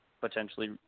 potentially